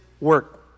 work